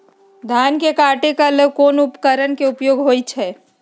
धान के काटे का ला कोंन उपकरण के उपयोग होइ छइ?